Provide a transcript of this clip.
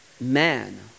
man